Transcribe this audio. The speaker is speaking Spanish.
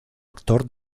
actor